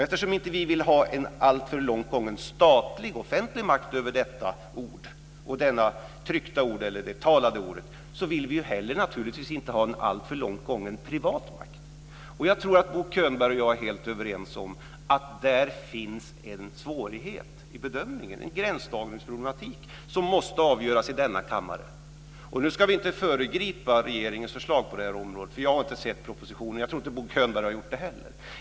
Eftersom vi inte vill ha en alltför långt gången offentlig makt över det tryckta och det talade ordet, vill vi naturligtvis inte heller ha en alltför långt gången privat makt. Jag tror att Bo Könberg och jag är helt överens om att det där finns en svårighet i bedömningen, en gränsdragningsproblematik som måste hanteras i denna kammare. Nu ska vi inte föregripa regeringens förslag på det här området. Jag har inte sett propositionen, och jag tror inte heller att Bo Könberg har gjort det.